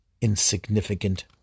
insignificant